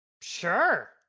Sure